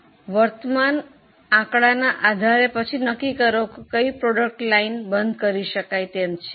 વર્તમાન આંકડાના આધારે પછી નક્કી કરો કે કઈ પ્રોડક્ટ લાઇન બંધ કરી શકાય છે